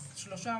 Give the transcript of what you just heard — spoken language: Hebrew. אז שלושה,